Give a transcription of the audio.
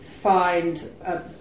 find